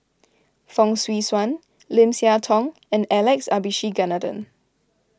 Fong Swee Suan Lim Siah Tong and Alex Abisheganaden